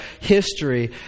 history